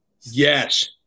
Yes